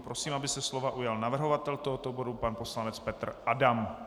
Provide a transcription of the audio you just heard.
Prosím, aby se slova ujal navrhovatel tohoto bodu pan poslanec Petr Adam.